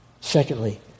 Secondly